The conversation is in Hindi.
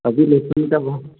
अभी लहसुन का बहुत